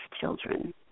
children